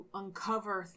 uncover